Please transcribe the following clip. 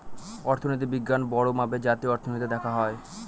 অর্থনীতি বিজ্ঞান বড়ো মাপে জাতীয় অর্থনীতিতে দেখা হয়